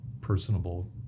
personable